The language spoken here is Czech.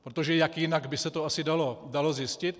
Protože jak jinak by se to asi dalo zjistit?